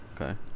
okay